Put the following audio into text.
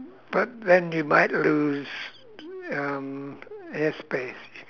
but then you might lose um air space